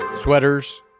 sweaters